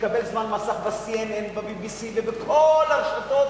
ויתקבל זמן מסך ב-CNN וב-BBC ובכל הרשתות,